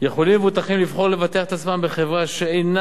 יכולים מבוטחים לבחור לבטח את עצמם בחברה שאינה